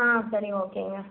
ஆ சரிங்க ஓகேங்க